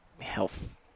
health